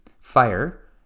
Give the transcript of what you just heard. fire